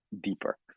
deeper